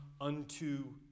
unto